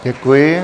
Děkuji.